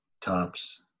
tops